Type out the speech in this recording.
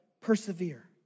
persevere